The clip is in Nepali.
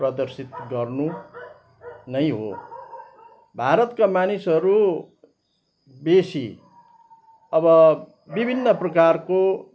प्रदर्शित गर्नु नै हो भारतका मानिसहरू बेसी अब विभिन्न प्रकारको